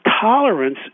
tolerance